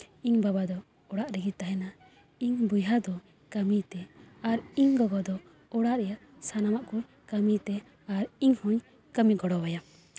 ᱤᱧ ᱵᱟᱵᱟ ᱫᱚ ᱚᱲᱟᱜ ᱨᱮᱜᱮ ᱛᱟᱦᱮᱱᱟ ᱤᱧ ᱵᱚᱭᱦᱟ ᱫᱚ ᱠᱟᱹᱢᱤᱛᱮ ᱟᱨ ᱤᱧ ᱜᱚᱜᱚ ᱫᱚ ᱚᱲᱟᱜ ᱨᱮᱭᱟᱜ ᱥᱟᱱᱟᱢᱟᱜ ᱠᱚ ᱠᱟᱹᱢᱤᱛᱮ ᱟᱨ ᱤᱧ ᱦᱚᱹᱧ ᱠᱟᱹᱢᱤ ᱜᱚᱲᱚ ᱟᱭᱟ